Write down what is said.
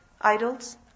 idols